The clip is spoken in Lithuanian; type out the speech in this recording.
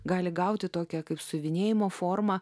gali gauti tokią kaip siuvinėjimo formą